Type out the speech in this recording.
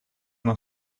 naar